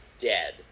dead